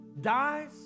dies